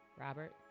Robert